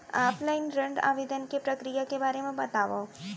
Offline ऋण आवेदन के प्रक्रिया के बारे म बतावव?